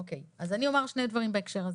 אוקיי, אז אני אומר שני דברים בהקשר הזה.